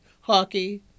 hockey